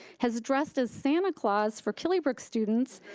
has dressed as santa claus for killybrooke students,